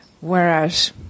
Whereas